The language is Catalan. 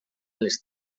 les